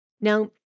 Now